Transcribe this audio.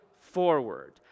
forward